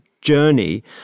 journey